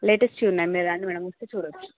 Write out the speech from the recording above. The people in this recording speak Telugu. లేటెస్ట్ చూడండి మీరు వస్తే చూడచ్చు